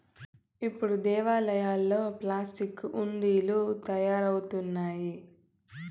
ఇప్పుడు దేవాలయాల్లో ప్లాస్టిక్ హుండీలు తయారవుతున్నాయి